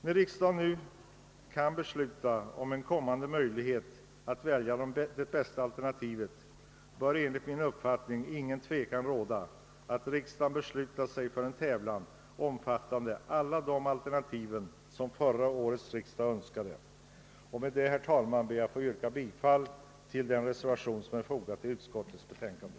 När riksdagen nu kan besluta om en kommande möjlighet att välja det bästa alternativet, bör enligt min uppfattning ingen tvekan råda om att riksdagen måste besluta sig för en tävling omfattande alla de alternativ som förra årets riksdag önskade. Med detta, herr talman, ber jag att få yrka bifall till den reservation som är fogad till utskottets utlåtande.